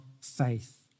faith